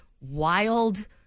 wild